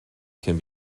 can